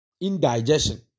indigestion